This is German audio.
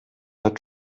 hat